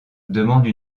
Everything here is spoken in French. demande